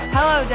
Hello